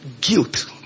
Guilt